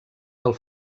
del